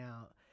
out